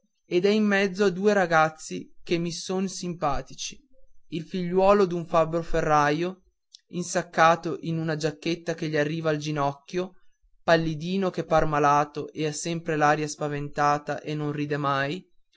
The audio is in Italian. ed è in mezzo a due ragazzi che mi son simpatici il figliuolo d'un fabbro ferraio insaccato in una giacchetta che gli arriva al ginocchio pallido che par malato e ha sempre l'aria spaventata e non ride mai